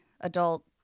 adult